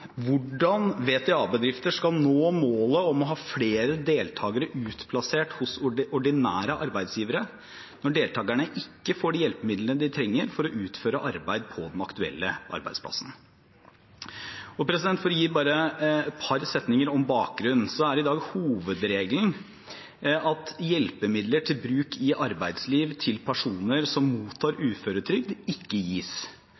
hvordan VTA-bedrifter skal nå målet om å ha flere deltakere utplassert hos ordinære arbeidsgivere, når deltakerne ikke får de hjelpemidlene de trenger for å utføre arbeid på den aktuelle arbeidsplassen. Bare et par setninger om bakgrunnen: Det er i dag hovedregelen at hjelpemidler til bruk i arbeidslivet til personer som mottar uføretrygd, ikke gis.